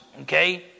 Okay